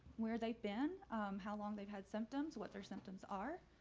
where they've been how long they've had symptoms, what their symptoms are